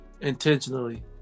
intentionally